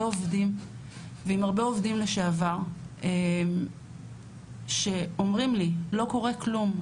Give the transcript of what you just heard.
עובדים ועם הרבה עובדים לשעבר שאומרים לי: לא קורה כלום,